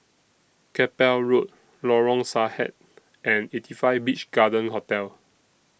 Keppel Road Lorong Sarhad and eighty five Beach Garden Hotel